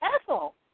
Ethel